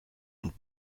and